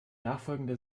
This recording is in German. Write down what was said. nachfolgende